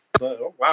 Wow